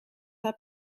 her